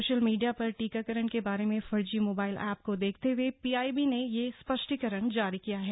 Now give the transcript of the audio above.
social media पर टीकाकरण के बारे में फर्जी मोबाइल ऐप्प को देखते हुए पीआईबी ने यह स्पष्टीकरण जारी किया है